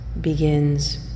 begins